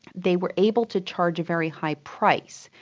they were able to charge a very high price.